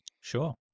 sure